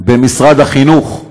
במשרד החינוך,